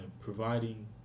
providing